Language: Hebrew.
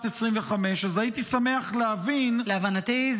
2025. אז הייתי שמח להבין --- להבנתי,